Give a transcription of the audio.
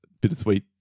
Bittersweet